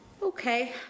Okay